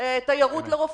להפוך את זה לתיירות לרופאים.